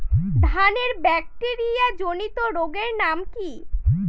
ধানের ব্যাকটেরিয়া জনিত রোগের নাম কি?